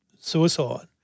suicide